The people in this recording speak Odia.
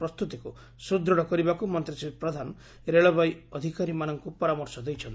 କୁ ସୁଦୁଢ କରିବାକୁ ମନ୍ତୀ ଶ୍ରୀ ପ୍ରଧାନ ରେଳବାଇ ଅଧିକାରୀମାନଙ୍କୁ ପରାମର୍ଶ ଦେଇଛନ୍ତି